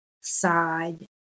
side